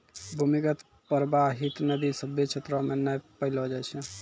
भूमीगत परबाहित नदी सभ्भे क्षेत्रो म नै पैलो जाय छै